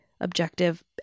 objective